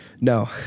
No